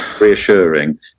reassuring